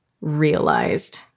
realized